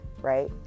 right